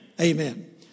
Amen